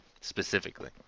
specifically